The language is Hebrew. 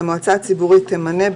"(ב) המועצה הציבורית תמנה,